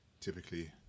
typically